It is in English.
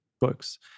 books